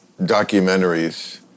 documentaries